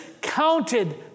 counted